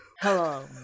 Hello